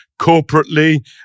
corporately